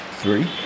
three